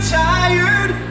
tired